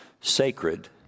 sacred